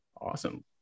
Awesome